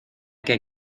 que